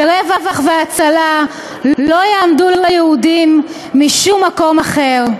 ורווח והצלה לא יעמדו ליהודים משום מקום אחר.